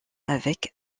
avec